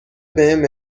بهم